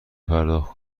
پرداخت